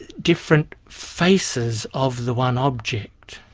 different faces of the one object.